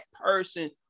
person